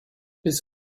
bis